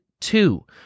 Two